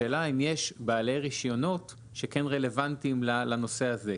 השאלה אם יש בעלי רישיונות שכן רלוונטיים לנושא הזה,